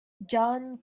john